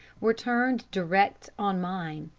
were turned direct on mine.